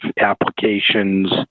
applications